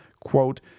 Quote